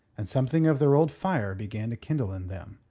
and something of their old fire began to kindle in them.